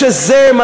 זה לא